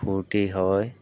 ফূৰ্তি হয়